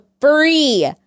free